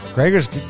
Gregor's